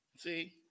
See